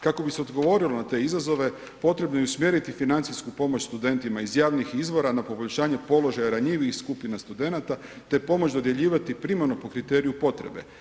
Kako bi se odgovorilo na te izazove, potrebno je usmjeriti financijsku pomoć studentima iz javnih izvora na poboljšanje položaja ranjivijih skupina studenata te pomoć dodjeljivati primarno po kriteriju potrebe.